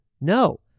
No